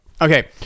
Okay